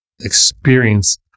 experience